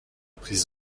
prise